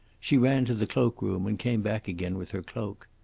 she ran to the cloak-room, and came back again with her cloak.